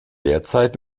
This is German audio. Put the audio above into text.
derzeit